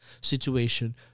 situation